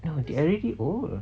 you know they are already old